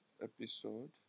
episode